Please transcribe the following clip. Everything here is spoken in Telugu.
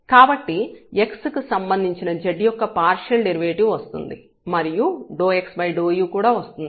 కాబట్టి x కి సంబంధించిన z యొక్క పార్షియల్ డెరివేటివ్ వస్తుంది మరియు ∂x∂u కూడా వస్తుంది